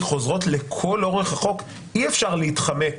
חוזרות לכל אורך החוק אי-אפשר להתחמק